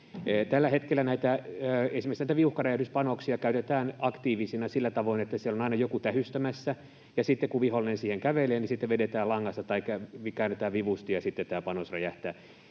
Tällä hetkellä esimerkiksi näitä viuhkaräjähdyspanoksia käytetään aktiivisina sillä tavoin, että siellä on aina joku tähystämässä, ja sitten kun vihollinen siihen kävelee, niin vedetään langasta taikka käännetään vivusta, ja sitten tämä panos räjähtää.